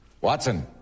Watson